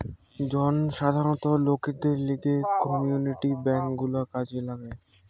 জনসাধারণ লোকদের লিগে কমিউনিটি বেঙ্ক গুলা কাজে লাগে